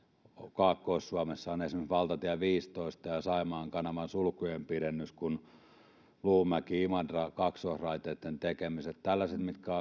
kaakkois suomessa on esimerkiksi valtatie viisitoista ja saimaan kanavan sulkujen pidennys luumäki imatra kaksoisraiteen tekemiset tällaiset mitkä